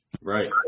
right